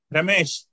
Ramesh